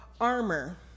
armor